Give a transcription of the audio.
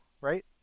right